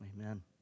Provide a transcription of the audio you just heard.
amen